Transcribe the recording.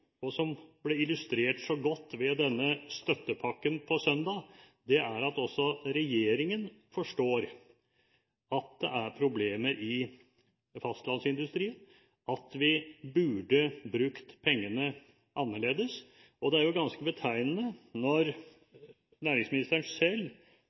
og som ble illustrert så godt ved denne støttepakken på søndag, det er at også regjeringen forstår at det er problemer i fastlandsindustrien, og at vi burde brukt pengene annerledes. Det er ganske betegnende